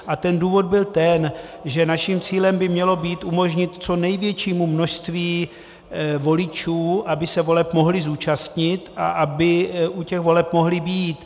A ten důvod byl ten, že naším cílem by mělo být umožnit co největšímu množství voličů, aby se voleb mohli zúčastnit a aby u těch voleb mohli být.